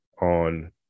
on